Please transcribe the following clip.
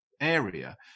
area